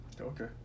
okay